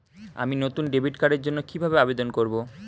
আমি নতুন ডেবিট কার্ডের জন্য কিভাবে আবেদন করব?